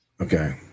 Okay